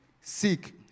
Seek